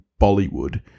Bollywood